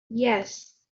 yes